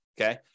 okay